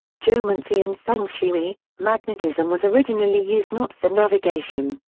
geomancy and feng shui magnetism was originally used not for navigation,